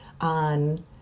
on